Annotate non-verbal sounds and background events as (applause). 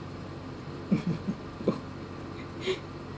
(laughs)